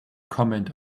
comment